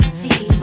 see